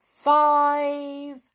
five